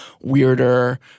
weirder